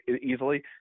easily